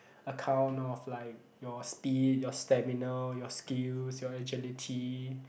account of like your speed your stamina your skills your agility